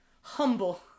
humble